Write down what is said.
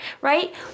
right